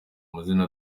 amazina